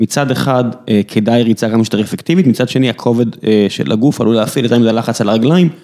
מצד אחד כדאי ריצה כמה שיותר אפקטיבית, מצד שני הכובד של הגוף עלול להפעיל יותר מדי לחץ על הרגליים.